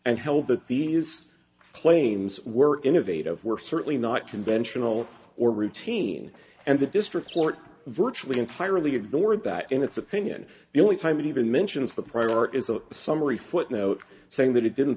and held that these claims were innovative were certainly not conventional or routine and the district court virtually entirely ignored that in its opinion the only time it even mentions the prior is a summary footnote saying that it didn't